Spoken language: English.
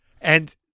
And-